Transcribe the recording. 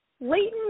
Leighton